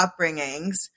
upbringings